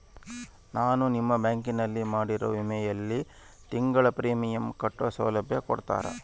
ನಾನು ನಿಮ್ಮ ಬ್ಯಾಂಕಿನಲ್ಲಿ ಮಾಡಿರೋ ವಿಮೆಯಲ್ಲಿ ತಿಂಗಳ ಪ್ರೇಮಿಯಂ ಕಟ್ಟೋ ಸೌಲಭ್ಯ ಕೊಡ್ತೇರಾ?